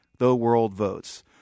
TheWorldVotes